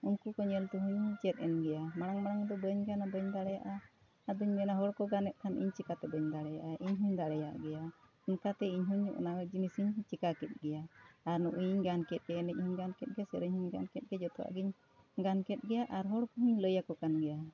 ᱩᱱᱠᱩ ᱠᱚ ᱧᱮᱞ ᱛᱮᱦᱚᱸᱧ ᱪᱮᱫ ᱮᱱ ᱜᱮᱭᱟ ᱢᱟᱲᱟᱝ ᱢᱟᱲᱟᱝ ᱫᱚ ᱵᱟᱹᱧ ᱜᱟᱱᱟ ᱵᱟᱹᱧ ᱫᱟᱲᱮᱭᱟᱜᱼᱟ ᱟᱫᱚᱧ ᱢᱮᱱᱟ ᱦᱚᱲ ᱠᱚ ᱜᱟᱱᱮᱜ ᱠᱷᱟᱱ ᱤᱧ ᱪᱤᱠᱟᱹᱛᱮ ᱵᱟᱹᱧ ᱫᱟᱲᱮᱭᱟᱜᱼᱟ ᱤᱧ ᱦᱚᱸᱧ ᱫᱟᱲᱮᱭᱟᱜ ᱜᱮᱭᱟ ᱚᱱᱠᱟᱛᱮ ᱤᱧ ᱦᱚᱸᱧ ᱚᱱᱟ ᱡᱤᱱᱤᱥᱤᱧ ᱪᱤᱠᱟᱹ ᱠᱮᱫ ᱜᱮᱭᱟ ᱟᱨ ᱱᱚᱜᱼᱚᱭ ᱤᱧ ᱜᱟᱱ ᱠᱮᱫ ᱜᱮ ᱮᱱᱮᱡ ᱦᱚᱸᱧ ᱜᱟᱱ ᱠᱮᱫ ᱜᱮ ᱥᱮᱨᱮᱧ ᱦᱚᱸᱧ ᱜᱟᱱ ᱠᱮᱫ ᱜᱮ ᱡᱚᱛᱚᱣᱟᱜ ᱜᱤᱧ ᱜᱟᱱ ᱠᱮᱫ ᱜᱮᱭᱟ ᱟᱨ ᱦᱚᱲ ᱠᱚᱦᱚᱸᱧ ᱞᱟᱹᱭᱟᱠᱚ ᱠᱟᱱ ᱜᱮᱭᱟ